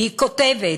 והיא כותבת: